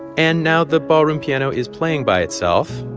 and now the ballroom piano is playing by itself